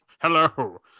Hello